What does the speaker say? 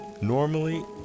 Normally